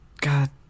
God